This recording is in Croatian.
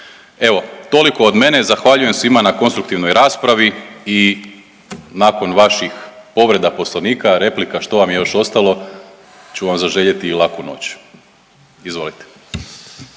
Evo toliko od mene, zahvaljujem svima na konstruktivnoj raspravi i nakon vaših povreda poslovnika, replika, što vam je još ostalo, ću vam zaželjeti i laku noć, izvolite.